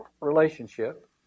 relationship